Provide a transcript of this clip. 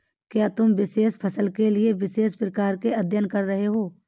क्या तुम विशेष फसल के विशेष प्रकार का अध्ययन कर रहे हो?